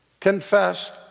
confessed